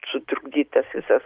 sutrukdytas visas